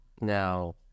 Now